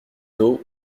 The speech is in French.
dos